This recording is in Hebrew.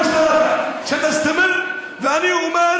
תודה, אדוני.